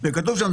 כתוב שם,